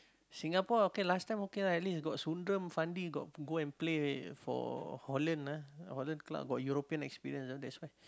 Singapore okay last time okay lah at least got Sundram Fandi got go and play for Holland ah Holland club got European experience ah that's why